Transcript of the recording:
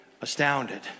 astounded